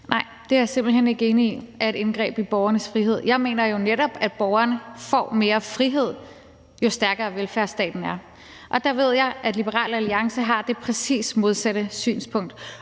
Nej, det er jeg simpelt hen ikke enig i er et indgreb i borgernes frihed. Jeg mener jo netop, at borgerne får mere frihed, jo stærkere velfærdsstaten er. Og der ved jeg, at Liberal Alliance har det præcis modsatte synspunkt,